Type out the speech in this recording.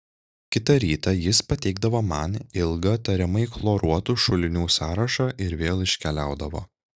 kitą rytą jis pateikdavo man ilgą tariamai chloruotų šulinių sąrašą ir vėl iškeliaudavo